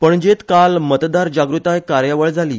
पणजेत काल मतदान जागृताय कार्यावळ जाली